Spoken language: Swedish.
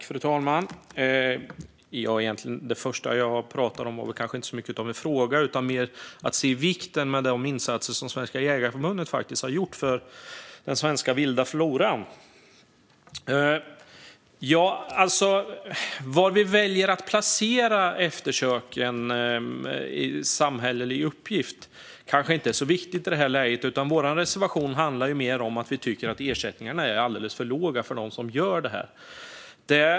Fru talman! Det första jag pratade om var kanske inte så mycket en fråga. Det handlade mer om att se vikten av de insatser som Svenska Jägareförbundet faktiskt har gjort för den svenska vilda floran. Var vi väljer att placera eftersöken som samhällelig uppgift kanske inte är så viktigt i det här läget. Vår reservation handlar mer om att vi tycker att ersättningarna till dem som gör detta är alldeles för låga.